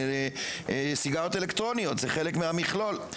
של סיגריות אלקטרוניות זה חלק מהמכלול.